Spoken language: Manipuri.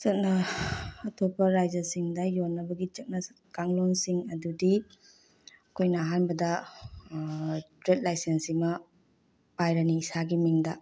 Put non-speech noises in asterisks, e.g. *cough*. *unintelligible* ꯑꯇꯣꯞꯄ ꯔꯥꯏꯖꯁꯤꯡꯗ ꯌꯣꯟꯅꯕꯒꯤ ꯆꯠꯅ ꯀꯥꯡꯂꯣꯟꯁꯤꯡ ꯑꯗꯨꯗꯤ ꯑꯩꯈꯣꯏꯅ ꯑꯍꯥꯟꯕꯗ ꯇ꯭ꯔꯦꯠ ꯂꯥꯏꯁꯦꯟꯁꯤꯃ ꯄꯥꯏꯔꯅꯤ ꯏꯁꯥꯒꯤ ꯃꯤꯡꯗ